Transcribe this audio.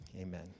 Amen